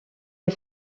les